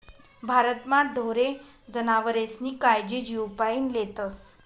भारतमा ढोरे जनावरेस्नी कायजी जीवपाईन लेतस